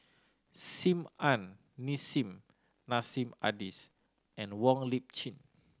Sim Ann Nissim Nassim Adis and Wong Lip Chin